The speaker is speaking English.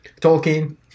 Tolkien